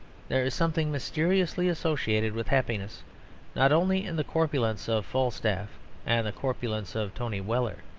there is something mysteriously associated with happiness not only in the corpulence of falstaff and the corpulence of tony weller,